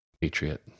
Patriot